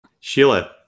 Sheila